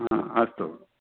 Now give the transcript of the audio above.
आ अस्तु